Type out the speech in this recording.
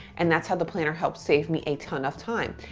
and that's how the planner helps save me a ton of time,